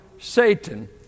Satan